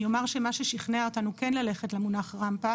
אני אומר שמה ששכנע אותנו כן ללכת למונח רמפה